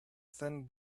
thin